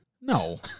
No